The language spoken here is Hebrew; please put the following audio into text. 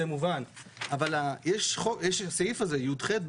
זה מובן אבל יש את סעיף י"ח,